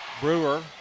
Brewer